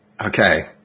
Okay